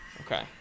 Okay